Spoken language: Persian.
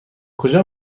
کجا